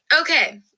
Okay